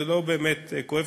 זה לא באמת כואב,